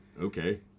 okay